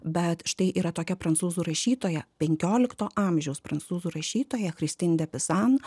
bet štai yra tokia prancūzų rašytoja penkiolikto amžiaus prancūzų rašytoja kristin de pisan